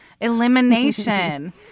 elimination